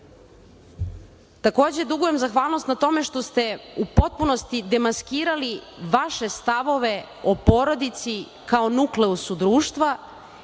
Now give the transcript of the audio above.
dugujem zahvalnost na tome što ste u potpunosti demaskirali vaše stavove o porodici kao nukleusu društva